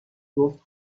گفت